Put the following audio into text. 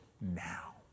now